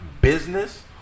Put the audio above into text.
business